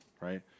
right